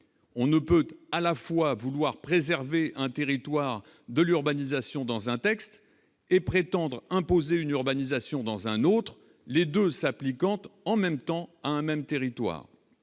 on ne peut à la fois vouloir préserver un territoire de l'urbanisation dans un texte, et prétendre imposer une urbanisation dans un autre les 2 s'appliquant en même temps à un même territoire,